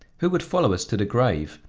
who would follow us to the grave?